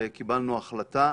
וקיבלנו החלטה.